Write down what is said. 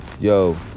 yo